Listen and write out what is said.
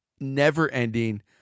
never-ending